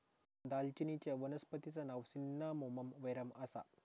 दालचिनीचच्या वनस्पतिचा नाव सिन्नामोमम वेरेम आसा